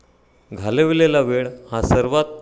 घालविलेला वेळ हा सर्वात